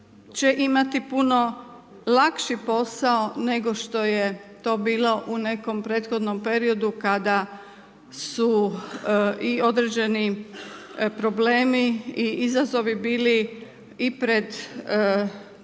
će imati puno lakši posao nego što je to bilo u nekom prethodnom periodu kada su i određeni problemi i izazovi bili i pred